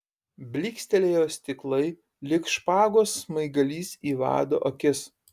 blykstelėjo stiklai lyg špagos smaigalys į vado akis